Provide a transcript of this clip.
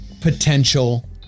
potential